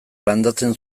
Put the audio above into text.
landatzen